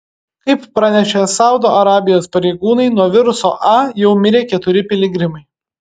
kaip pranešė saudo arabijos pareigūnai nuo viruso a jau mirė keturi piligrimai